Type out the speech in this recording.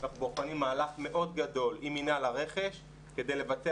אנחנו בוחנים מהלך מאוד גדול עם מינהל הרכש כדי לבצע